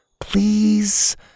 Please